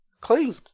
Clean